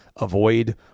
avoid